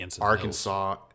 Arkansas